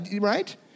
right